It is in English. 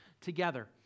together